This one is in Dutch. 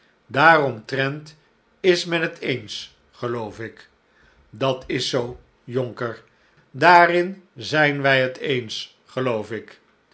daaromtrent is men het eens geloof ik dat is zoo jonker daarin zij wij het eens geloof ik